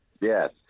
yes